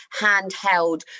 handheld